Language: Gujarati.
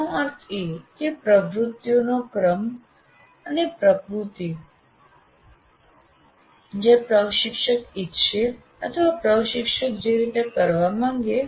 તેનો અર્થ એ કે પ્રવૃત્તિઓનો ક્રમ અને પ્રકૃતિ જે પ્રશિક્ષક ઇચ્છે છે અથવા પ્રશિક્ષક જે રીતે કરવા માંગે છે